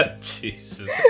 Jesus